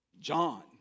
John